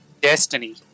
Destiny